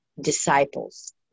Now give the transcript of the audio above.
disciples